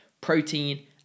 protein